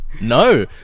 no